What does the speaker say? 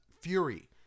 Fury